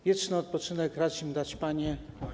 Wieczny odpoczynek racz im dać, Panie.